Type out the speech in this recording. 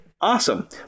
Awesome